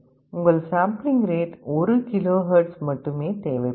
உங்கள் sampling rate 1 kilohertz மட்டுமே தேவைப்படும்